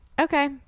Okay